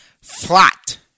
flat